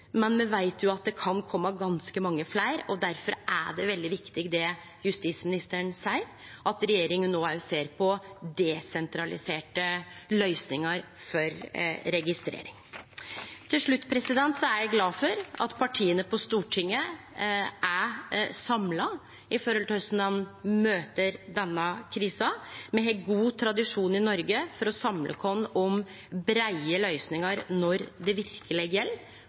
men me veit at det kan kome ganske mange fleire. Difor er det veldig viktig det justisministeren seier om at regjeringa no ser på desentraliserte løysingar for registrering. Til slutt er eg glad for at partia på Stortinget er samla om korleis ein møter denne krisa. Me har god tradisjon i Noreg for å samle oss om breie løysingar når det verkeleg gjeld.